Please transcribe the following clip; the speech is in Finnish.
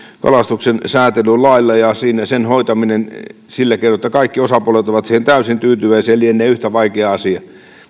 kalastuksen säätely lailla ja sen hoitaminen sillä keinoin että kaikki osapuolet ovat siihen täysin tyytyväisiä lienee yhtä vaikea asia